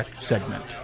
segment